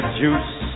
juice